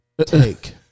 take